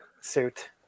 suit